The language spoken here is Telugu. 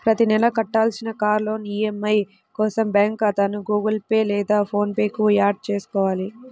ప్రతి నెలా కట్టాల్సిన కార్ లోన్ ఈ.ఎం.ఐ కోసం బ్యాంకు ఖాతాను గుగుల్ పే లేదా ఫోన్ పే కు యాడ్ చేసుకోవాలి